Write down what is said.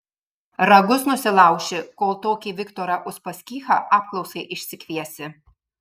ragus nusilauši kol tokį viktorą uspaskichą apklausai išsikviesi